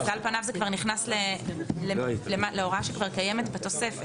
על פניו זה כבר נכנס להוראה שקיימת בתוספת.